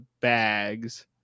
bags